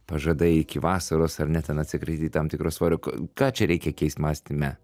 pažadai iki vasaros ar ne ten atsikratyti tam tikro svorio ką čia reikia keist mąstyme